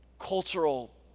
cultural